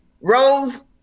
Rose